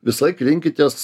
visąlaik rinkitės